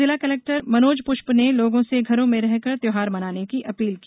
जिला कलेक्टर मनोज पुष्य ने लोगों से घरों में रहकर त्यौहार मनाने की अपील की